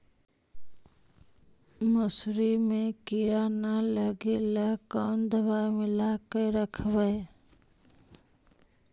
मसुरी मे किड़ा न लगे ल कोन दवाई मिला के रखबई?